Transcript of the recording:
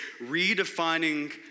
Redefining